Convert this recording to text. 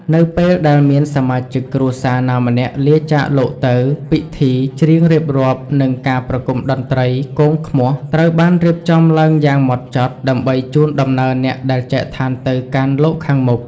នៅពេលដែលមានសមាជិកគ្រួសារណាម្នាក់លាចាកលោកទៅ ពិធីច្រៀងរៀបរាប់ និងការប្រគំតន្ត្រីគងឃ្មោះ ត្រូវបានរៀបចំឡើងយ៉ាងហ្មត់ចត់ ដើម្បីជូនដំណើរអ្នកដែលចែកឋានទៅកាន់លោកខាងមុខ។